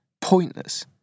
pointless